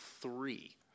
three